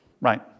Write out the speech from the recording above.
right